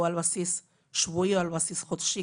או על בסיס שבועי או על בסיס חודשי,